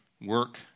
work